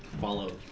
Follow